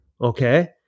okay